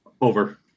Over